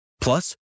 Plus